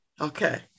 okay